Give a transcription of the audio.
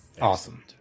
Awesome